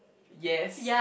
yes